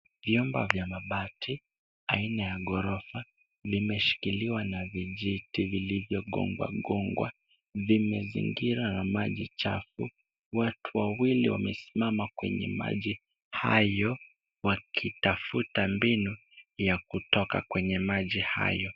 Vyamba vya mabati aina ya ghorofa limeshkiliwa na vijiti vilivyogongwa gongwa. Vimezingirwa na maji chafu. Watu wawili wamesimama kwenye maji hayo wakitafuta mbinu ya kutoka kwenye maji hayo.